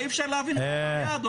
אי אפשר להבין אדוני.